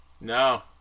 No